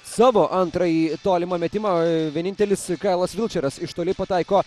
savo antrąjį tolimą metimą vienintelis kailas vilčeras iš toli pataiko